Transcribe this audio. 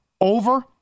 over